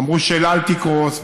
אמרו שאל-על תקרוס,